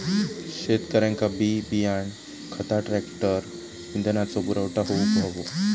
शेतकऱ्यांका बी बियाणा खता ट्रॅक्टर आणि इंधनाचो पुरवठा होऊक हवो